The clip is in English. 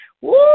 Woo